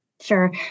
Sure